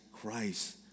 Christ